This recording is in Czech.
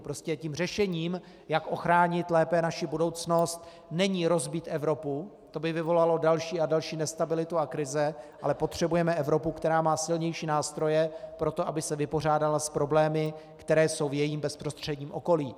Prostě tím řešením, jak ochránit lépe naši budoucnost, není rozbít Evropu, to by vyvolalo další a další nestabilitu a krize, ale potřebujeme Evropu, která má silnější nástroje pro to, aby se vypořádala s problémy, které jsou v jejím bezprostředním okolí.